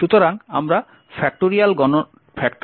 সুতরাং আমরা 10